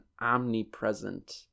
omnipresent